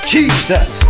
Jesus